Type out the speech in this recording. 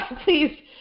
please